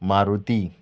Maruti